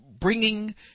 Bringing